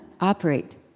operate